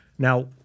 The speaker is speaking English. Now